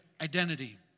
identity